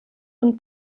und